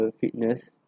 fitness